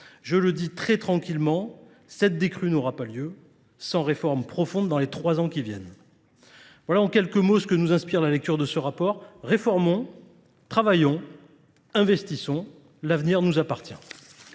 Je le dis très tranquillement, cette décrue n'aura pas lieu sans réforme profonde dans les trois ans qui viennent. Voilà en quelques mots ce que nous inspire la lecture de ce rapport. Réformons, travaillons, investissons. L'avenir nous appartient.